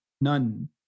None